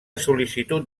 sol·licitud